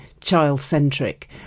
child-centric